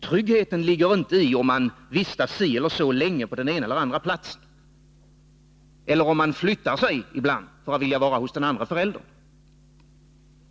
Tryggheten ligger inte i om man vistas si eller så länge på den ena eller den andra platsen i stället för att flytta sig ibland för att vara hos den andra föräldern.